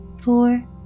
four